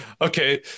Okay